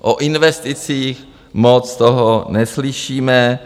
O investicích moc toho neslyšíme.